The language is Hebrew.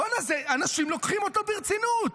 בוא'נה, אנשים לוקחים אותו ברצינות.